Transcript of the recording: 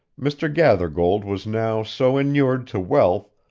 mr. gathergold was now so inured to wealth,